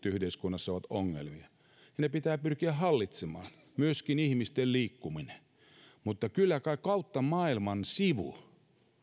yhteiskunnassa ovat ongelmia ja ne pitää pyrkiä hallitsemaan myöskin ihmisten liikkuminen mutta kyllä kai kautta maailman sivu